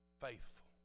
faithful